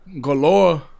galore